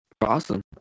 Awesome